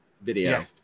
video